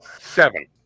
Seven